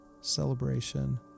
celebration